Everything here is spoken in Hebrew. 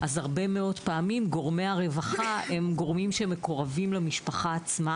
הרבה מאוד פעמים גורמי הרווחה הם גורמים שמקורבים למשפחה עצמה